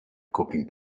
cooking